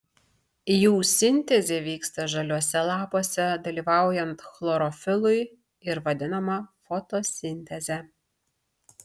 jų sintezė vyksta žaliuose lapuose dalyvaujant chlorofilui ir vadinama fotosinteze